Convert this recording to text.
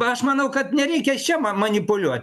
aš manau kad nereikia čia ma manipuliuot